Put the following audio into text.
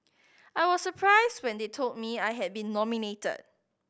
I was surprised when they told me I had been nominated